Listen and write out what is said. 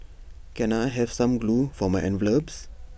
can I have some glue for my envelopes